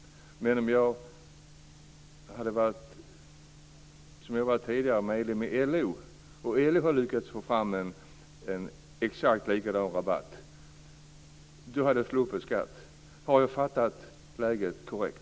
Men om jag hade varit, som jag var tidigare, medlem i LO och LO hade lyckats få fram en exakt likadan rabatt hade jag sluppit skatt. Har jag fattat läget korrekt?